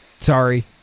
Sorry